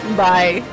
bye